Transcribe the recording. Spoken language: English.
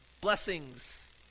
Blessings